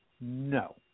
No